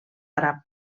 àrab